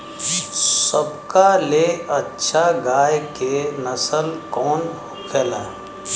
सबका ले अच्छा गाय के नस्ल कवन होखेला?